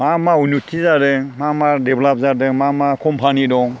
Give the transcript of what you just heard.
मा मा उन्न'थि जादों मा मा डेभल'प जादों मा मा कम्पानि दं